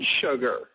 sugar